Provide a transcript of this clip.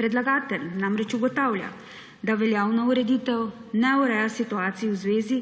Predlagatelj namreč ugotavlja, da veljavna ureditev ne ureja situacije v zvezi